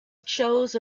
chose